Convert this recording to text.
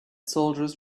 soldiers